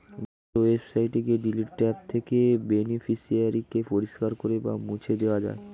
ব্যাঙ্কের ওয়েবসাইটে গিয়ে ডিলিট ট্যাব থেকে বেনিফিশিয়ারি কে পরিষ্কার করে বা মুছে দেওয়া যায়